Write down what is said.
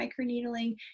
microneedling